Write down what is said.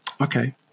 Okay